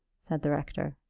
said the rector.